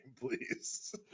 Please